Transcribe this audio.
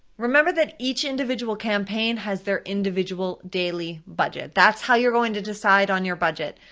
remember that each individual campaign has their individual daily budget, that's how you're going to decide on your budget,